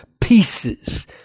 pieces